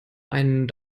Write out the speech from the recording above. einen